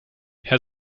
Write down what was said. herr